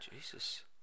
Jesus